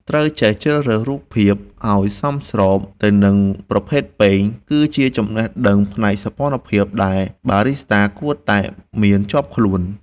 ត្រូវចេះជ្រើសរើសរូបភាពឱ្យសមស្របទៅនឹងប្រភេទពែង គឺជាចំណេះដឹងផ្នែកសោភ័ណភាពដែលបារីស្តាគួរតែមានជាប់ខ្លួន។